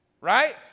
right